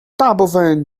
大部份